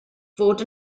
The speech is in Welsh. fod